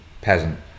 peasant